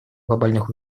глобальных